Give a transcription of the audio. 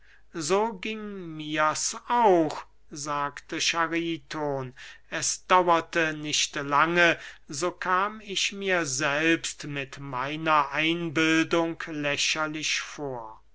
so ging mirs auch sagte chariton es dauerte nicht lange so kam ich mir selbst mit meiner einbildung lächerlich vor